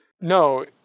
No